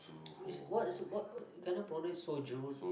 wh~ wha~ what cannot pronounce sojourn